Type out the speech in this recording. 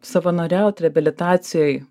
savanoriaut reabilitacijoj